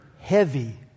heavy